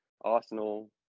Arsenal